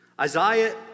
Isaiah